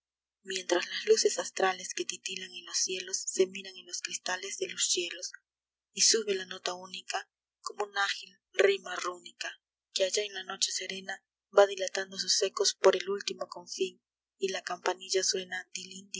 mientras las luces astrales que titilan en los cielos se miran en los cristales de los hielos y sube la nota única como un ágil rima rúnica que allá en la noche serena va dilatando sus ecos por el último confín y la campanilla suena